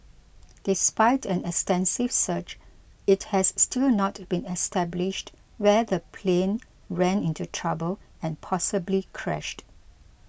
despite an extensive search it has still not been established where the plane ran into trouble and possibly crashed